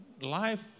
life